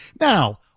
Now